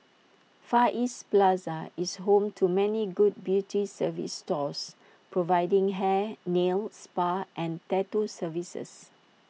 far east plaza is home to many good beauty service stores providing hair nail spa and tattoo services